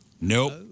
Nope